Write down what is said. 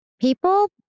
People